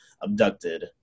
abducted